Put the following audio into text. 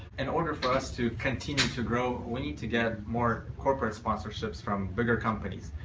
in order for us to continue to grow, we need to get more corporate sponsorships from bigger companies,